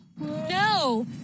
No